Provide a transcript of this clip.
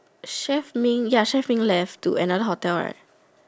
chef Ming ya chef Ming left to another hotel right